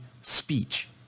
speech